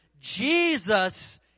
Jesus